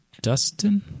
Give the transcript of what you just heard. Dustin